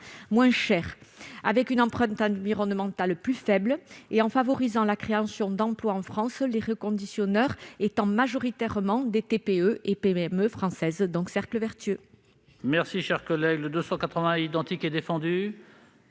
moins chers, et avec une empreinte environnementale plus faible, en favorisant la création d'emplois en France, les reconditionneurs étant majoritairement des TPE-PME françaises. C'est vraiment